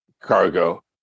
cargo